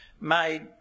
made